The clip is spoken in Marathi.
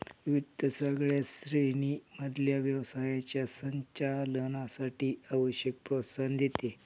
वित्त सगळ्या श्रेणी मधल्या व्यवसायाच्या संचालनासाठी आवश्यक प्रोत्साहन देते